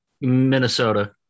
Minnesota